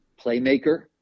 playmaker